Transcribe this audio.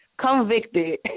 convicted